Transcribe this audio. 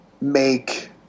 make